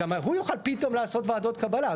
גם הוא יוכל פתאום לעשות ועדות קבלה.